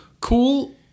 cool